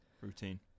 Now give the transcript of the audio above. Routine